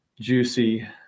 juicy